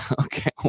Okay